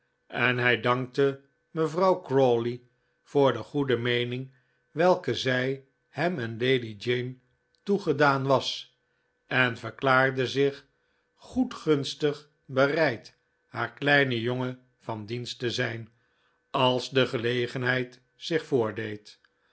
en hij dankte mevrouw crawley voor de goede meening welke zij hem en lady jane toegedaan was en verklaarde zich goedgunstig bereid haar kleinen jongen van dienst te zijn als de gelegenheid zich voordeed